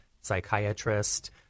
psychiatrist